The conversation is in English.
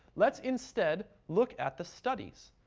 let's, instead, look at the studies,